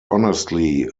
honestly